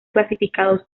clasificados